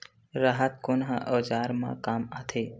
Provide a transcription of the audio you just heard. राहत कोन ह औजार मा काम आथे?